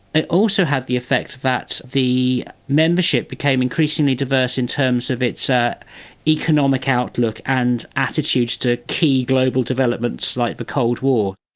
it also had the effect that the membership became increasingly diverse in terms of its ah economic outlook and attitudes to key global developments like the cold war.